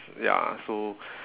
ya so